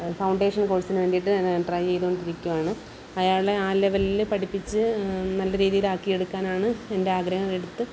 foundation കോഴ്സിന് വേണ്ടിയിട്ട് try ചെയ്തുകൊണ്ടിരിക്കുകയാണ് അയാളെ ആ ലെവലില് പഠിപ്പിച്ച് നല്ല രീതിയിലാക്കിയെടുക്കാനാണ് എന്റെ ആഗ്രഹം എടുത്തു